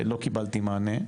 לא קיבלתי מענה.